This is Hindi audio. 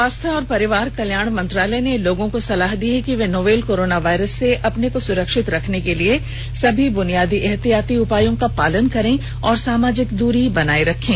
स्वास्थ्य और परिवार कल्याण मंत्रालय ने लोगों को सलाह दी है कि वे नोवल कोरोना वायरस से अपने को सुरक्षित रखने के लिए सभी बुनियादी एहतियाती उपायों का पालन करें और सामाजिक दूरी बनाए रखें